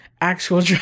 actual